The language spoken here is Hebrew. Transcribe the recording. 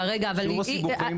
הסיבוכים?